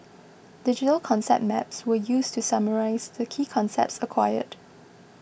digital concept maps were used to summarise the key concepts acquired